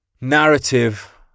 narrative